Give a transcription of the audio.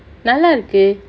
நல்லா இருக்கு:nallaa irukku